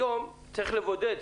היום צריך לבודד,